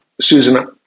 susan